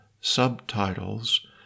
subtitles